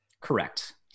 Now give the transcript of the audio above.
Correct